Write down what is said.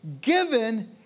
given